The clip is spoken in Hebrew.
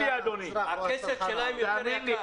הכסף שלהם יותר יקר.